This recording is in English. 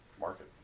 market